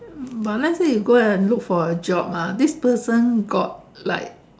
but let's say you go and look for a job ah this person got like